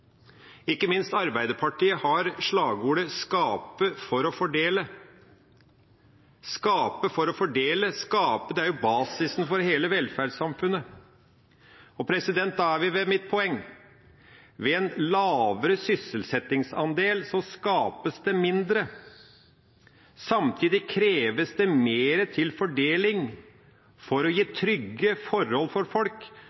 Ikke minst Arbeiderpartiet har slagordet å skape for å fordele. Skape for å fordele – å skape, det er jo basisen for hele velferdssamfunnet. Og da er vi ved mitt poeng: Ved en lavere sysselsettingsandel skapes det mindre. Samtidig kreves det mer til fordeling for å gi